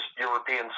European